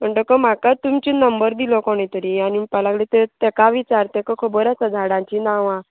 म्हणटकच म्हाका तुमची नंबर दिलो कोणे तरी आनी म्हणपाक लागली ताका विचार ताका खबर आसा झाडांचीं नांवां